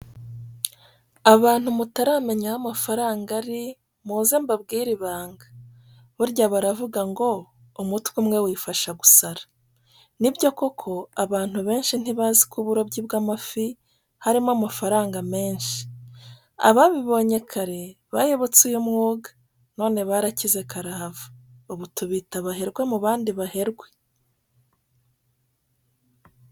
Abantu mutaramenya aho amafaranga ari muze mbabwire ibanga, burya baravuga ngo umutwe umwe wifasha gusara. Ni byo koko abantu benshi ntibazi ko uburobyi bw'amafi harimo amafaranga menshi. Ababibonye kare bayobotse uyu mwuga none barakize karahava, ubu tubita abaherwe mu bandi baherwe.